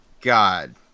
God